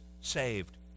saved